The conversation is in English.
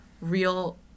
real